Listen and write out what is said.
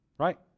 Right